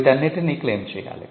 వీటన్నింటిని క్లెయిమ్ చేయాలి